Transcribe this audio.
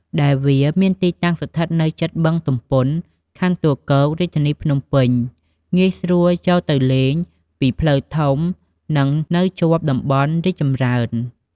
ដែលវាមានទីតាំងស្ថិតនៅជិតបឹងទំពុន ខណ្ឌទួលគោក រាជធានីភ្នំពេញ ងាយស្រួលចូលទៅលេងពីផ្លូវធំ និង នៅជាប់តំបន់រីកចម្រើន។